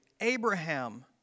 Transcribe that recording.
Abraham